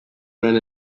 men